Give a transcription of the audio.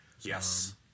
Yes